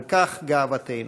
על כך גאוותנו.